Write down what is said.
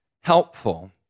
helpful